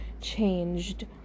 changed